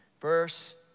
verse